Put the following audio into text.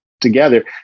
together